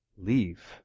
leave